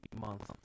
Month